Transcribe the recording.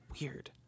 Weird